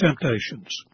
temptations